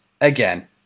again